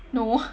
no